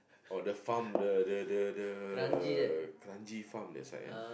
oh the farm the the the kranji farm that side ah